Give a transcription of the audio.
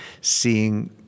seeing